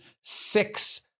six